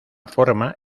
forma